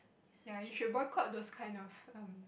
ya you should boycott those kind of um